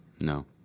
No